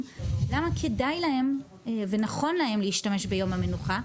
למה כדאי להם ונכון להם להשתמש ביום המנוחה,